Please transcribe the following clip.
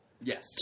Yes